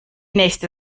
nächste